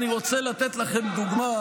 אתם יזמתם את השביתה.